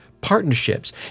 partnerships